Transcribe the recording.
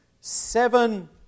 seven